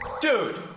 Dude